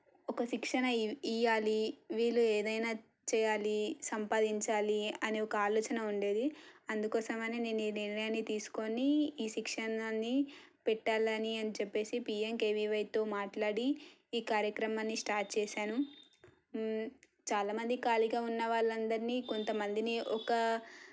ఒక శిక్షణ ఇ ఇవ్వాలి వీళ్ళు ఏదైనా చెయ్యాలి సంపాదించాలి అనే ఒక ఆలోచన ఉండేది అందుకోసమని నేనూ నిర్ణయాన్ని తీసుకొని ఈ శిక్షణని పెట్టాలని అని చెప్పేసి పీఎంకేవీవైతో మాట్లాడి ఈ కార్యక్రమాన్ని స్టార్ట్ చేసాను చాలా మంది ఖాళీగా ఉన్న వాళ్ళందరినీ కొంత మందిని ఒక